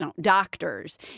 doctors